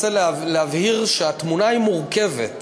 מנסה להבהיר שהתמונה מורכבת.